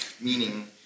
meaning